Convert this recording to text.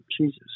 Jesus